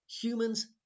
humans